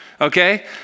Okay